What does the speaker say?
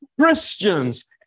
Christians